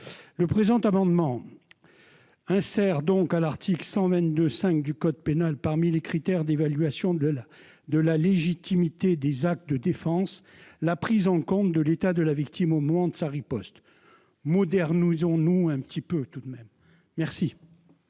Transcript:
Le présent amendement vise donc à insérer à l'article 122-5 du code pénal, parmi les critères d'évaluation de la légitimité des actes de défense, la prise en compte de l'état de la victime au moment de sa riposte. Modernisons-nous un peu ! Quel est